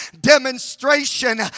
demonstration